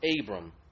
Abram